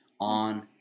on